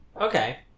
okay